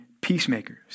peacemakers